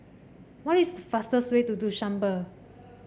what is the fastest way to Dushanbe